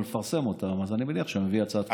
ולפרסם אותם אז אני מניח שהיה מביא הצעת חוק בעניין.